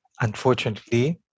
unfortunately